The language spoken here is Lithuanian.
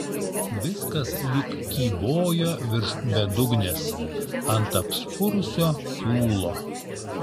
viskas lyg kybojo virš bedugnės ant apspurusio siūlo